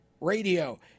radio